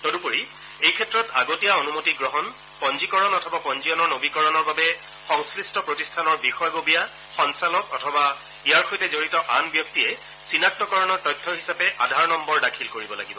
তদুপৰি এই ক্ষেত্ৰত আগতীয়া অনুমতি গ্ৰহণ পঞ্জীকৰণ অথবা পঞ্জীয়নৰ নৱীকৰণৰ বাবে সংশ্লিষ্ট প্ৰতিষ্ঠানৰ বিষয়ববীয়া সঞ্চালক অথবা ইয়াৰ সৈতে জড়িত আন ব্যক্তিয়ে চিনাক্তকৰণৰ তথ্য হিচাপে আধাৰ নম্বৰ দাখিল কৰিব লাগিব